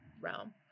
realm